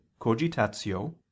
cogitatio